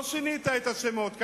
לא שינית את השמות.